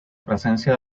presencia